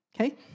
Okay